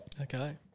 Okay